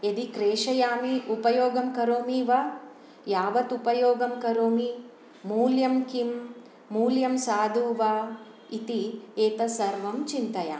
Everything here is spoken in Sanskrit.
यदि क्रेषयामि उपयोगं करोमि वा यावत् उपयोगं करोमि मूल्यं किं मूल्यं साधु वा इति एतत् सर्वं चिन्तयामि